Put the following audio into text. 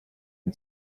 and